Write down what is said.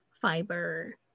fiber